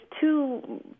two